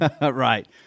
Right